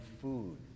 food